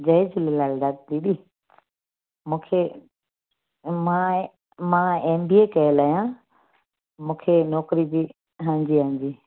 जय झूलेलाल दा दीदी मूंखे मां मां एम बी ए कयलु आहियां मूंखे नौकिरी जी हा जी हा जी